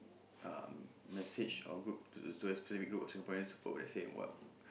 um message or group to towards a specific group of Singaporeans for let's say in what